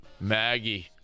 Maggie